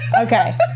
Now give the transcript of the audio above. Okay